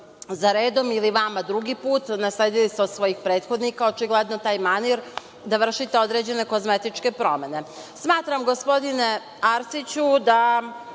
za redom ili vama drugi put, nasledili ste od svojih prethodnika očigledno taj manir, da vršite određene kozmetičke promene. Smatram, gospodine Arsiću, da